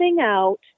out